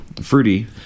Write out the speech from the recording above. fruity